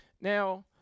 Now